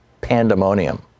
pandemonium